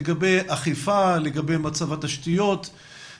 לגבי אכיפה ולגבי מצב התשתיות,